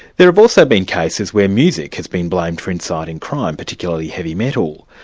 there have also been cases where music has been blamed for inciting crime, particularly heavy metal.